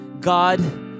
God